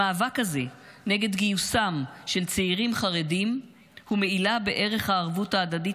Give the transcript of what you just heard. המאבק הזה נגד גיוסם של צעירים חרדים הוא מעילה בערך הערבות ההדדית,